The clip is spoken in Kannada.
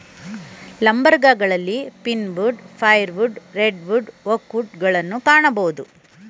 ಲಂಬರ್ಗಳಲ್ಲಿ pine wood, fire wood, red wood, oak wood ಗಳನ್ನು ಕಾಣಬೋದು